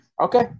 okay